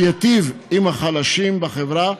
שייטיב עם החלשים בחברה,